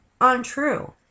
untrue